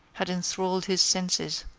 had enthralled his senses,